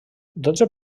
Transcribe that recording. dotze